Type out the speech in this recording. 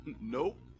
Nope